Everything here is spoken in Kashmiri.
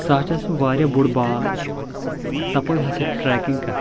سۄ ہسا چھُ واریاہ بوٚڑ بال تپٲرۍ ہسا ٹریکنٛگ کران